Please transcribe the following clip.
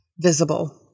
visible